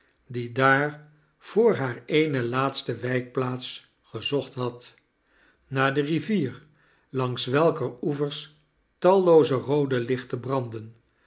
die daar voor haar eene laatste wijkplaats gezocht had naar de rivier langs welkeir oevers tallo-oze rood lichten brandden